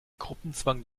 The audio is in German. gruppenzwang